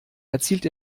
erzielt